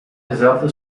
dezelfde